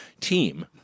team